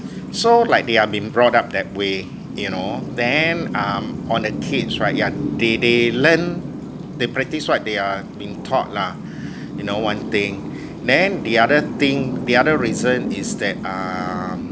so like they are been brought up that way you know then um on the kids right yeah they they learn they practise what they are been taught lah you know one thing then the other thing the other reason is that um